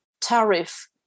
tariff